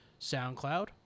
SoundCloud